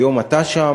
היום אתה שם,